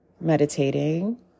meditating